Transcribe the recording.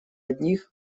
одних